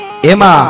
Emma